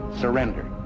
surrender